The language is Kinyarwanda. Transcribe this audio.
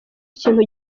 ikintu